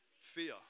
Fear